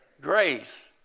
grace